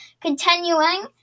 Continuing